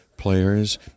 Players